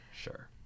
Sure